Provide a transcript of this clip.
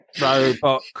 robot